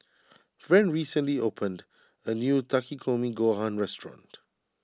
Friend recently opened a new Takikomi Gohan restaurant